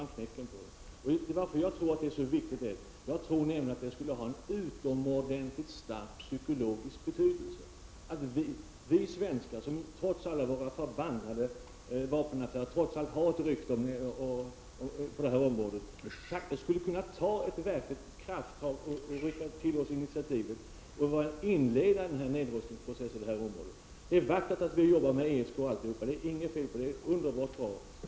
Anledningen till att jag tror att detta är så viktigt är att jag tror att det skulle ha en utomordentligt stark psykologisk betydelse om vi svenskar, trots alla våra förbannade vapenaffärer och trots allt hat och alla rykten, kunde ta ett verkligt krafttag och rycka till oss initiativet för att inleda nedrustningsprocessen i vårt område. Det är vackert att vi jobbar med ESK osv. — det är inget fel på det, utan det är underbart bra.